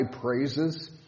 praises